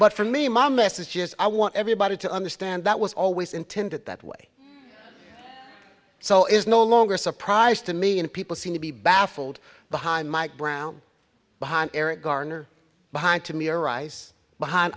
but for me my message is i want everybody to understand that was always intended that way so it's no longer a surprise to me and people seem to be baffled behind mike brown behind eric garner behind to me or rice behind